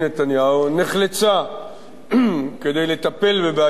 נחלצה כדי לטפל בבעיה זאת,